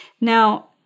Now